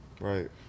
Right